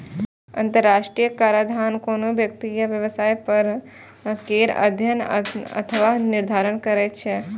अंतरराष्ट्रीय कराधान कोनो व्यक्ति या व्यवसाय पर कर केर अध्ययन अथवा निर्धारण छियै